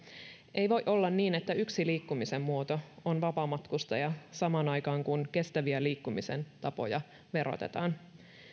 ei voi olla niin että yksi liikkumisen muoto on vapaamatkustaja samaan aikaan kun kestäviä liikkumisen tapoja verotetaan